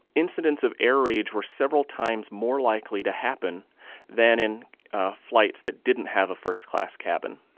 incidents of air rage were several times more likely to happen than in flights that didn't have a first class cabin,